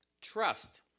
trust